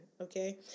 Okay